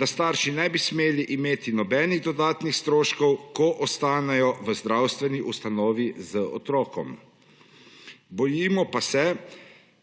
da starši ne bi smeli imeti nobenih dodatnih stroškov, ko ostanejo v zdravstveni ustanovi z otrokom, bojimo pa se,